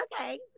okay